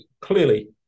clearly